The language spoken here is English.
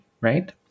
right